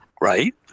right